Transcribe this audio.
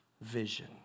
vision